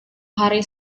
hari